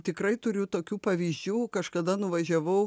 tikrai turiu tokių pavyzdžių kažkada nuvažiavau